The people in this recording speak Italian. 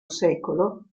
secolo